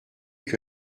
que